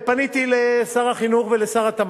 פניתי אל שר החינוך ואל שר התמ"ת,